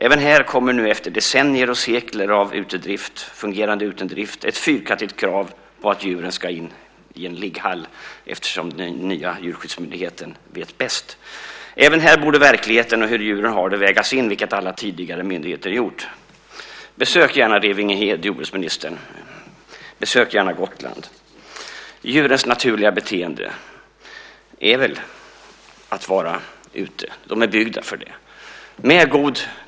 Även här kommer nu efter decennier och sekler av fungerande utedrift ett fyrkantigt krav på att djuren ska in i en ligghall eftersom den nya Djurskyddsmyndigheten vet bäst. Även här borde verkligheten och hur djuren har det vägas in, vilket alla tidigare myndigheter har gjort. Besök gärna Revingehed, jordbruksministern, och besök gärna Gotland! Djurens naturliga beteende är att vara ute. De är byggda för det.